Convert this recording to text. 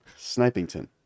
Snipington